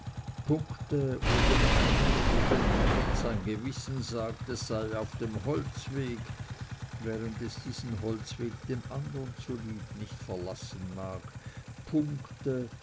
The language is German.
punkte wo dem einen oder dem andern sein gewissen sagt es sei auf dem holzweg während es diesen holzweg dem andern zulieb nicht verlassen mag punkte